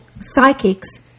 psychics